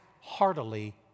heartily